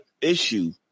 issue